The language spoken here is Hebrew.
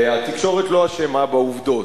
התקשורת לא אשמה בעובדות,